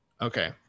Okay